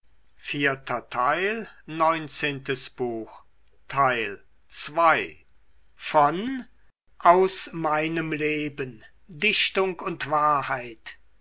goethe aus meinem leben dichtung und wahrheit